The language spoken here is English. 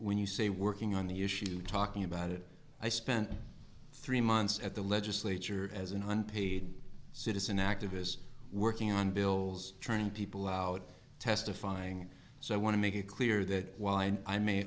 when you say working on the issue talking about it i spent three months at the legislature as an unpaid citizen activists working on bills trying to pull out testifying so i want to make it clear that why i may